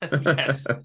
Yes